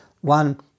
One